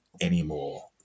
anymore